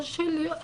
לא שלי.